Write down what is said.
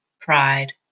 pride